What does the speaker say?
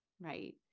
right